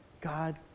God